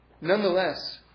nonetheless